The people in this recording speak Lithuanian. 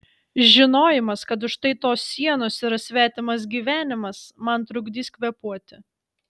žinojimas kad už štai tos sienos yra svetimas gyvenimas man trukdys kvėpuoti